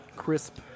Crisp